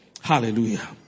Hallelujah